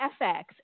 FX